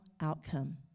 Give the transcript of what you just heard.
outcome